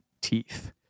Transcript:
teeth